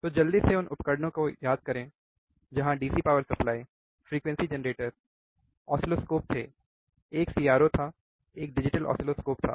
तो जल्दी से उन उपकरणों को याद करें जहां DC power supply frequency generator oscilloscope थे एक सीआरओ था एक डिजिटल ऑसिलोस्कोप था